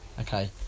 okay